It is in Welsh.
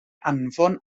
anfon